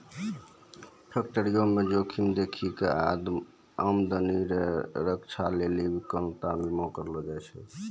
फैक्टरीमे जोखिम देखी कय आमदनी रो रक्षा लेली बिकलांता बीमा करलो जाय छै